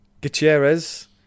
Gutierrez